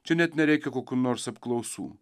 čia net nereikia kokių nors apklausų